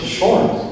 short